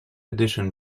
edition